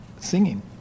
singing